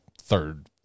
third